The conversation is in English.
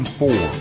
four